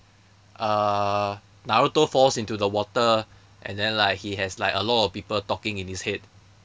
uh naruto falls into the water and then like he has like a lot of people talking in his head